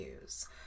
use